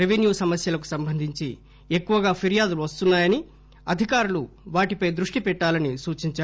revenue సమస్యలకు సంబంధించి ఎక్కువగా ఫిర్యాదులు వస్తున్నాయని అధికారులు వాటిపై దృష్టిపెట్టాలని సూచించారు